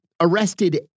arrested